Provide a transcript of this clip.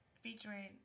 featuring